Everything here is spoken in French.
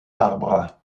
arbres